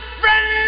friend